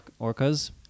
orcas